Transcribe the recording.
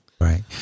Right